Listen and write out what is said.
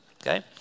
okay